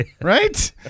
right